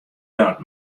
dat